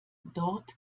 dort